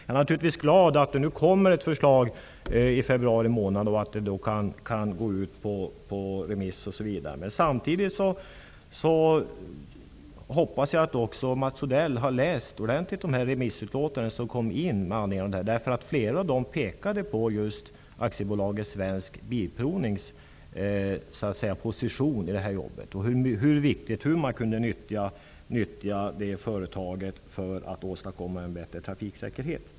Jag är naturligtvis glad över att det kommer ett förslag i februari, som går ut på remiss. Samtidigt hoppas jag att Mats Odell har läst ordentligt de remissutlåtanden som har kommit in. I flertalet av dem påpekas Svensk Bilprovnings position i detta arbete och hur man kan utnyttja företaget för att åstadkomma en bättre trafiksäkerhet.